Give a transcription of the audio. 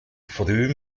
früh